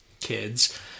kids